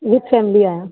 with family आहियां